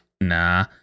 nah